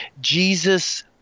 Jesus